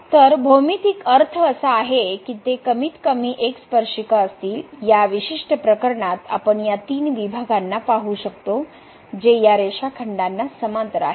तर भौमितिक अर्थ असा आहे की ते कमीतकमी एक स्पर्शिका असतील या विशिष्ट प्रकरणात आपण या तीन विभागांना पाहु शकतो जे या रेषाखंडाना समांतर आहेत